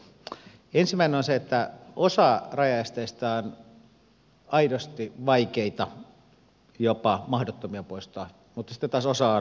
ensimmäinen on se että osa rajaesteistä on aidosti vaikeita jopa mahdottomia poistaa mutta sitten taas osa on ihan turhia